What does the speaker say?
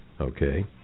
Okay